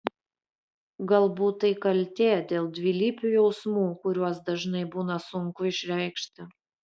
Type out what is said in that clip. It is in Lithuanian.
galbūt tai kaltė dėl dvilypių jausmų kuriuos dažnai būna sunku išreikšti